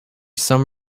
some